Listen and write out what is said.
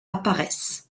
apparaissent